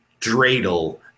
dreidel